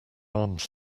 arms